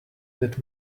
that